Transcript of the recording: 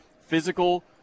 physical